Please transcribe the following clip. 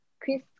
Chris